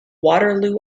waterloo